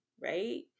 right